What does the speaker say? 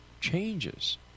changes